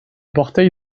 portail